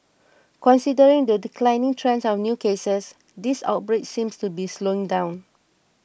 considering the declining trend of new cases this outbreak seems to be slowing down